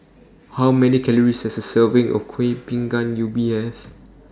How Many Calories Does A Serving of Kuih Bingka Ubi Have